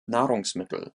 nahrungsmittel